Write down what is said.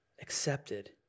accepted